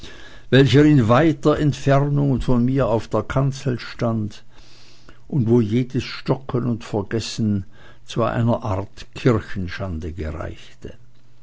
welcher in weiter entfernung von mir auf der kanzel stand und wo jedes stocken und vergessen zu einer art kirchenschande gereichte